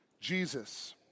Jesus